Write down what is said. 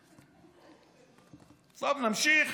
טוב, נמשיך